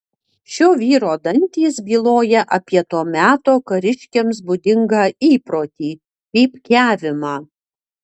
šio vyro dantys byloja apie to meto kariškiams būdingą įprotį pypkiavimą